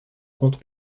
conte